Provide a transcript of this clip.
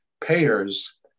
Payers